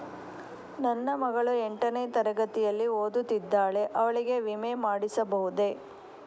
ನನ್ನ ಮಗಳು ಎಂಟನೇ ತರಗತಿಯಲ್ಲಿ ಓದುತ್ತಿದ್ದಾಳೆ ಅವಳಿಗೆ ವಿಮೆ ಮಾಡಿಸಬಹುದೇ?